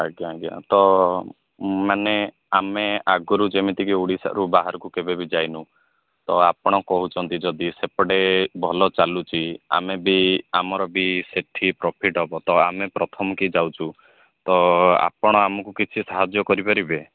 ଆଜ୍ଞା ଆଜ୍ଞା ତ ମାନେ ଆମେ ଆଗରୁ ଯେମିତି ଓଡ଼ିଶାରୁ ବାହାରକୁ କେବେବି ଯାଇନୁ ତ ଆପଣ କହୁଛନ୍ତି ଯଦି ସେପଟେ ଭଲ ଚାଲୁଛି ଆମେ ବି ଆମର ବି ସେଠି ପ୍ରଫିଟ୍ ହେବ ତ ଆମେ ପ୍ରଥମକି ଯାଉଛୁ ତ ଆପଣ କିଛି ସାହାଯ୍ୟ କରି ପାରିବେ